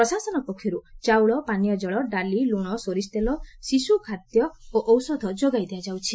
ପ୍ରଶାସନ ପକ୍ଷରୁ ଚାଉଳ ପିଇବା ପାଣି ଡାଲି ଲୁଣ ସୋରିଷତେଲ ଶିଶୁଖାଦ୍ୟ ଓ ଔଷଧ ଯୋଗାଇ ଦିଆଯାଇଛି